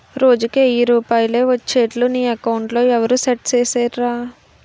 రోజుకి ఎయ్యి రూపాయలే ఒచ్చేట్లు నీ అకౌంట్లో ఎవరూ సెట్ సేసిసేరురా